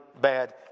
bad